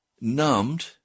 numbed